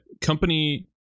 company